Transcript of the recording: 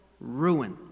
ruin